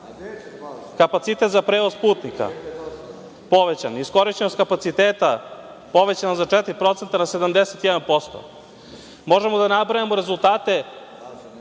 kapacitet za prevoz putnika povećan, iskorišćenost kapaciteta povećan za 4% na 71%.Možemo da nabrajamo rezultate